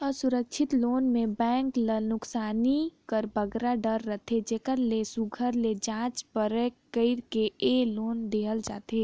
असुरक्छित लोन में बेंक ल नोसकानी कर बगरा डर रहथे जेकर ले सुग्घर ले जाँच परेख कइर के ए लोन देहल जाथे